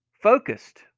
focused